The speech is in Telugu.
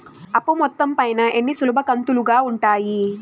అప్పు మొత్తం పైన ఎన్ని సులభ కంతులుగా ఉంటాయి?